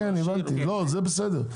זה בסדר.